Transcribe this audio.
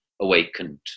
awakened